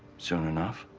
soon enough.